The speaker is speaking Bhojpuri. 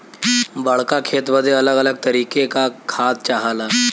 बड़्का खेत बदे अलग अलग तरीके का खाद चाहला